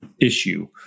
issue